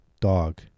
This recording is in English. dog